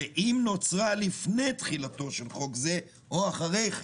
ואם נוצרה לפני תחילתו של חוק זה או אחרי כן",